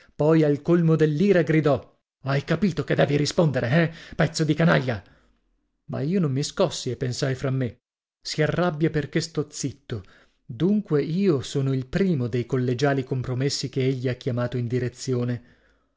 poi al colmo dell'ira gridò hai capito che devi rispondere eh pezzo di canaglia ma io non mi scossi e pensai fra me si arrabbia perché sto zitto dunque io sono il primo dei collegiali compromessi che egli ha chiamato in direzione